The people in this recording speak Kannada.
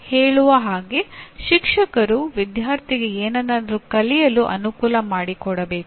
ಹೇಳುವ ಹಾಗೆ ಶಿಕ್ಷಕರು ವಿದ್ಯಾರ್ಥಿಗೆ ಏನನ್ನಾದರೂ ಕಲಿಯಲು ಅನುಕೂಲ ಮಾಡಿಕೊಡಬೇಕು